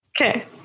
Okay